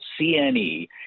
CNE